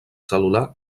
cel·lular